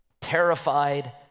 terrified